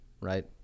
right